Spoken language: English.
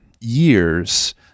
years